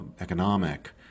economic